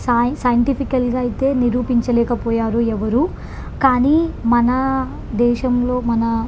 సై సైంటిఫికల్గా అయితే నిరూపించలేకపోయారు ఎవరు కానీ మన దేశంలో మన